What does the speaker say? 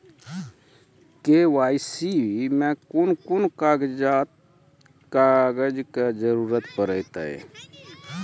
KYC मे कून कून कागजक जरूरत परतै?